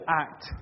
act